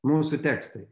mūsų tekstai